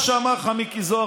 מה שאמר לך מיקי זוהר,